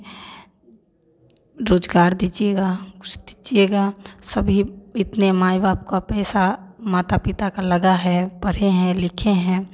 रोज़गार दीजिएगा कुछ दीजिएगा सभी इतने माई बाप का पैसा माता पिता का लगा है पढ़े हैं लिखे हैं